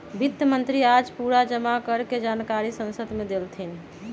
वित्त मंत्री आज पूरा जमा कर के जानकारी संसद मे देलथिन